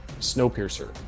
Snowpiercer